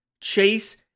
Chase